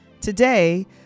today